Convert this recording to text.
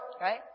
right